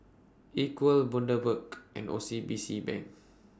Equal Bundaberg and O C B C Bank